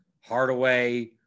Hardaway